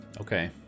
okay